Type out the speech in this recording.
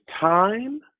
time